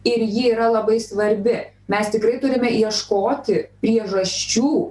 ir ji yra labai svarbi mes tikrai turime ieškoti priežasčių